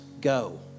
go